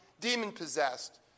demon-possessed